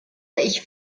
ich